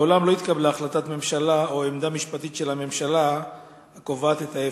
מעולם לא התקבלה החלטת ממשלה או עמדה משפטית של הממשלה הקובעת את ההיפך.